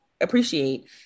appreciate